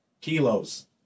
kilos